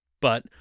but-